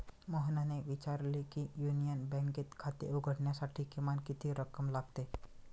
मोहनने विचारले की युनियन बँकेत खाते उघडण्यासाठी किमान किती रक्कम लागते?